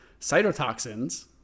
cytotoxins